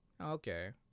Okay